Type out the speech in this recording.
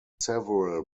several